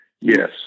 yes